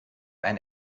ein